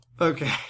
okay